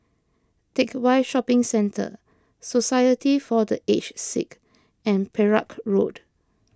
Teck Whye Shopping Centre Society for the Aged Sick and Perak Road